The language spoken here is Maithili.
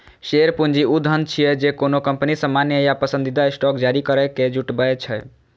शेयर पूंजी ऊ धन छियै, जे कोनो कंपनी सामान्य या पसंदीदा स्टॉक जारी करैके जुटबै छै